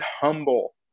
humble